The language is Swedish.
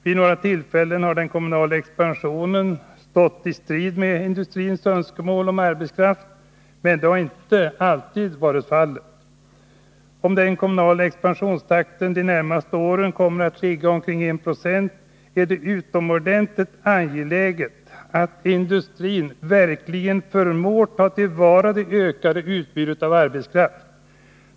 Vid några tillfällen har den kommunala expansionstakten stått i strid med industrins önskemål om arbetskraft, men det har inte alltid varit fallet. Om den kommunala expansionstakten de närmaste åren kommer att ligga på omkring 1 26, är det utomordentligt angeläget att industrin verkligen förmår att ta till vara det ökade utbudet av arbetskraft.